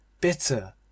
BITTER